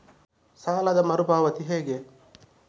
ಸಾಲದ ಮರು ಪಾವತಿ ಹೇಗೆ?